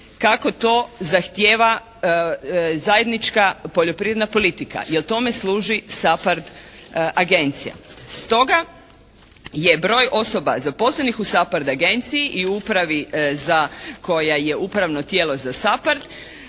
kako to zahtijeva zajednička poljoprivredna politika. Jer tome služi «SAPHARD» agencija. Stoga je broj osoba zaposlenih u «SAPHARD» agenciji i u upravi za, koja je upravno tijelo za